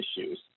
issues